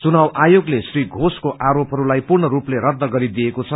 चुनाव आयोगले श्री घोषको आरोपहरूलाई पूर्णरूपले रद्द गरिदिएको छ